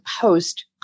post